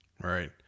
Right